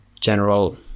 general